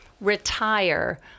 retire